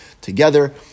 Together